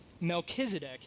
Melchizedek